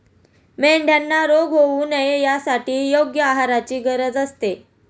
मेंढ्यांना रोग होऊ नये यासाठी योग्य आहाराची गरज असते